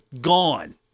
gone